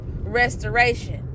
restoration